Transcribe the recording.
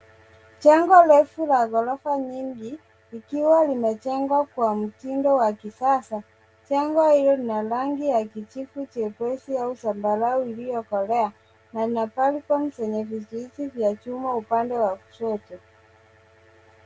Jengo refu la gorofa nyingi likiwa limejengwa kwa mtindo wa kisasa. Jengo hilo lina rangi ya kijivu chepesi au zambarau iliyokolea na lina balcons zenye vizuizi vya chuma upande wa kushoto.